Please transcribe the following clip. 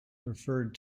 referred